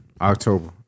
October